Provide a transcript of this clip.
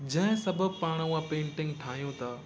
जंहिं सबबु पाण उहा पेंटिंग ठाहियूं था